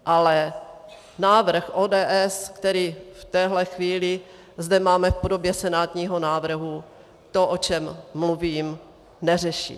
Ale návrh ODS, který v téhle chvíli zde máme v podobě senátního návrhu, to, o čem mluvím, neřeší.